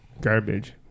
garbage